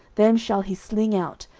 them shall he sling out,